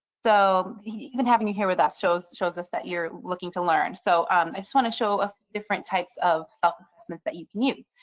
so even having you here with us shows shows us that you're looking to learn. so i just want to show a different types of elements that you can use.